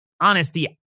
honesty